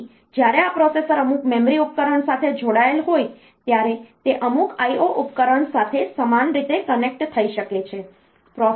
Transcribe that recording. તેથી જ્યારે આ પ્રોસેસર અમુક મેમરી ઉપકરણ સાથે જોડાયેલ હોય ત્યારે તે અમુક IO ઉપકરણ સાથે સમાન રીતે કનેક્ટ થઈ શકે છે